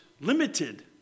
limited